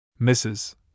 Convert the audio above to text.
Mrs